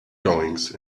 goings